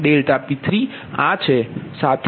તેથી તે 0